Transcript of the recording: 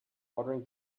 ordering